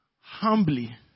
Humbly